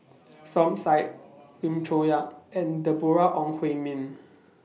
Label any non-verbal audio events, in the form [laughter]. [noise] Som Said Lim Chong Yah and Deborah Ong Hui Min